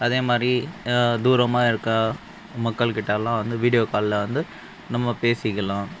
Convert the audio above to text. அதேமாதிரி தூரமாக இருக்க மக்களுக்கிட்டல்லாம் வந்து வீடியோ காலில் வந்து நம்ம பேசிக்கலாம்